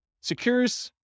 secures